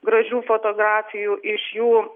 gražių fotografijų iš jų